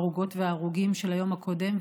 על ההרוגות וההרוגים של היום הקודם.